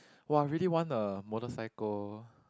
!wah! I really want a motorcycle